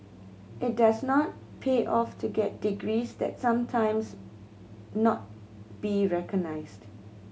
it does not pay off to get degrees that sometimes not be recognised